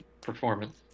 performance